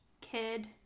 kid